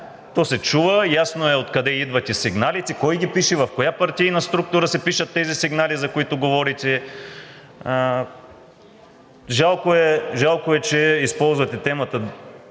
То се чува, ясно е откъде идват и сигналите, кой ги пише, в коя партийна структура се пишат тези сигнали, за които говорите. Жалко е, че използвате темата